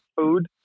food